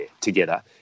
together